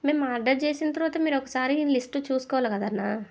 మేము ఆర్డర్ చేసిన తరువాత మీరు ఒక్కసారి లిస్టు చూసుకోవాలి కదా అన్నా